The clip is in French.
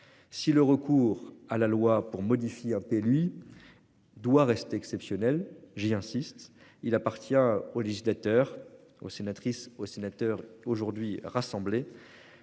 Si le recours à la loi pour modifier un peu lui. Doit rester exceptionnelle, j'y insiste, il appartient au législateur au sénatrice aux sénateurs aujourd'hui rassemblés.